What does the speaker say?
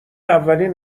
اولین